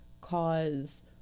cause